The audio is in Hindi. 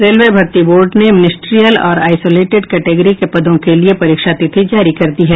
रेलवे भर्ती बोर्ड ने मिनिस्ट्रियल और आइसोलेटेड कैटेगरी के पदों के लिये परीक्षा तिथिा जारी कर दी है